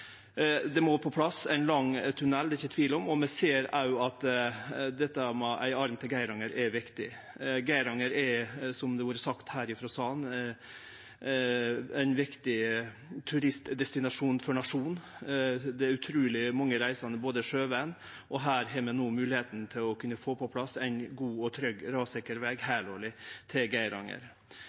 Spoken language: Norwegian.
Det må på plass ein lang tunnel, det er det ikkje tvil om, og vi ser òg at dette med ein arm til Geiranger er viktig. Geiranger er, som det har vore sagt her i salen, ein viktig turistdestinasjon for nasjonen. Det er utruleg mange reisande også sjøvegen, og her har vi moglegheit til å kunne få på plass ein god og trygg rassikker veg, heilårleg, til Geiranger.